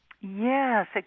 Yes